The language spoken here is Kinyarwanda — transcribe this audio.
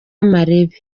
amarebe